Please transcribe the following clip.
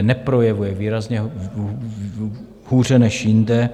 neprojevuje výrazně hůře než jinde.